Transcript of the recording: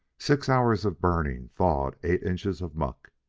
six hours of burning thawed eight inches of muck.